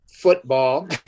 football